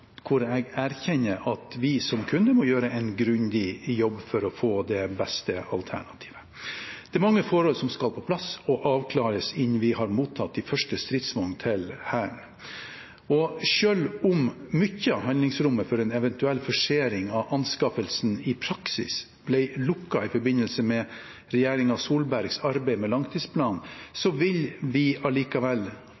hvor jeg erkjenner at vi som kunde må gjøre en grundig jobb for å få det beste alternativet. Det er mange forhold som skal på plass og avklares innen vi har mottatt de første stridsvognene til Hæren. Og selv om mye av handlingsrommet for en eventuell forsering av anskaffelsen i praksis ble lukket i forbindelse med regjeringen Solbergs arbeid med langtidsplanen,